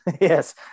yes